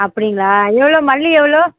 அப்படிங்களா எவ்வளோ மல்லி எவ்வளோ